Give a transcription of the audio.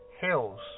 hills